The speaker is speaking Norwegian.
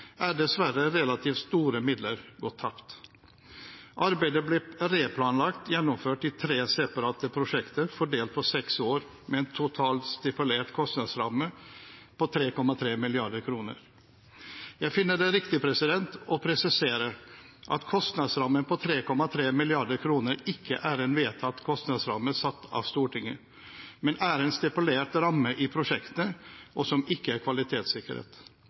er dessverre relativt store midler gått tapt. Arbeidet ble replanlagt gjennomført i tre separate prosjekter fordelt på seks år, med en total kostnadsramme stipulert til 3,3 mrd. kr. Jeg finner det riktig å presisere at kostnadsrammen på 3,3 mrd. kr ikke er en kostnadsramme vedtatt av Stortinget, men er en stipulert ramme i prosjektet som ikke er